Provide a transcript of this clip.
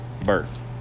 birth